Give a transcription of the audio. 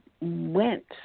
went